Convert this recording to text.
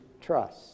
trust